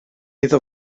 iddo